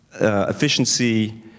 efficiency